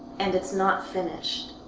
and it's not finished.